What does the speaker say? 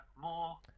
more